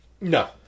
No